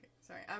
Sorry